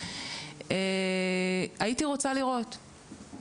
הייתי רוצה לראות.